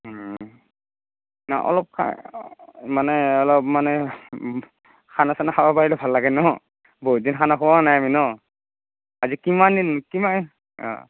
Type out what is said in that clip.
অলপ খায় মানে অলপ মানে খানা চানা খাব পাৰিলে ভাল লাগে ন বহুত দিন খানা খোৱা নাই আমি ন আজি কিমান দিন কিমান